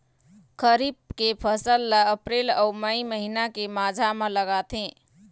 खरीफ के फसल ला अप्रैल अऊ मई महीना के माझा म लगाथे